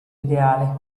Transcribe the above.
ideale